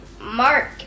Mark